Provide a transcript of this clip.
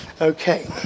Okay